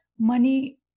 money